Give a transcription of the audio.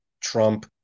Trump